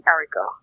Erica